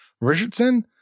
Richardson